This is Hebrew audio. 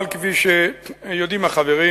אבל כפי שיודעים החברים,